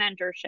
mentorship